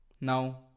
Now